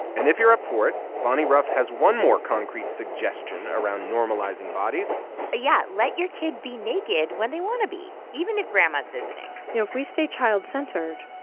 and if you're up for it, bonnie rough has one more concrete suggestion around normalizing bodies yeah. let your kid be naked when they want to be, even if grandma's visiting you know, if we stay child-centered,